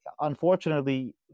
unfortunately